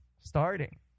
starting